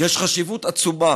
יש חשיבות עצומה